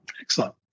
Excellent